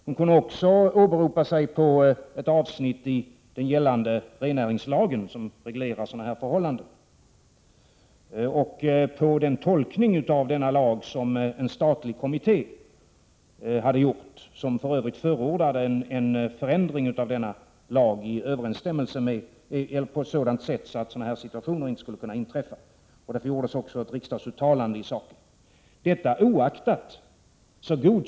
Hon kunde också åberopa ett avsnitt i den gällande rennäringslagen, som reglerar sådana här förhållanden, och den tolkning av denna lag som en statlig kommitté hade gjort, som för Övrigt förordar en förändring av denna lag på ett sådant sätt att situationer av det här slaget inte skulle kunna inträffa. Det gjordes också ett riksdagsuttalande i saken.